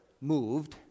moved